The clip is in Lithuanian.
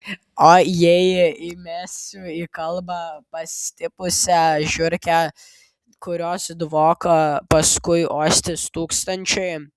o jei įmesiu į kalbą pastipusią žiurkę kurios dvoką paskui uostys tūkstančiai